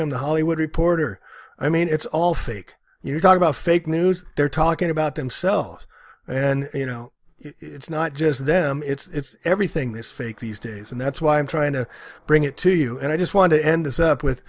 him the hollywood reporter i mean it's all fake you talk about fake news they're talking about themselves and you know it's not just them it's everything this fake these days and that's why i'm trying to bring it to you and i just want to end up with